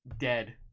dead